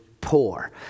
poor